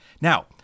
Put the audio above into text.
Now